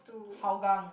Hougang